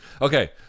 Okay